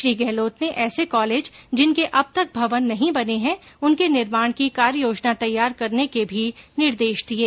श्री गहलोत ने ऐसे कॉलेज जिनके अब तक भवन नहीं बने हैं उनके निर्माण की कार्य योजना तैयार करने के भी निर्देश दिए